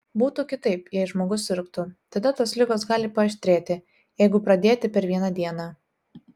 būtų kitaip jei žmogus sirgtų tada tos ligos gali paaštrėti jeigu pradėti per vieną dieną